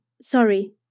Sorry